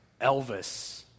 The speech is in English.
Elvis